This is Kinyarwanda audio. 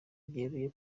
byeruye